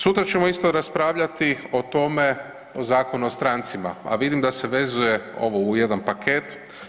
Sutra ćemo isto raspravljati o tome, o Zakonu o strancima, a vidim da se vezuje ovo u jedan paket.